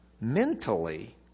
mentally